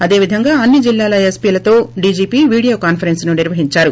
అదే విధంగా అన్ని జిల్లాల ఎస్పీలతో డీజీపీ వీడియో కాన్సరెస్స్ నిర్వహించారు